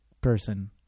person